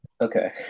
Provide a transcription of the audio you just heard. Okay